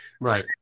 right